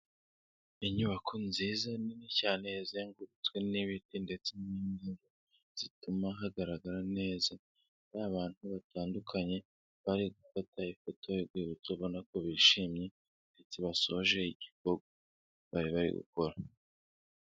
Inyubako nziza nini cyane, izengurutswe n'ibiti ndetse n'indabo zituma hagaragara neza n'abantu batandukanye, bari gufata ifoto y'urwibutso, ubona ko bishimye ndetse basoje igikorwa bari bari gukora.